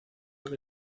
que